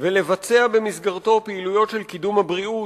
ולבצע במסגרתו פעילויות של קידום הבריאות,